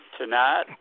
tonight